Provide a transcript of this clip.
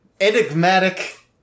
enigmatic